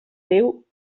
déu